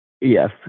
Yes